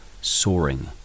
soaring